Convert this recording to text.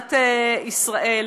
מדינת ישראל.